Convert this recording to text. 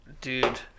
Dude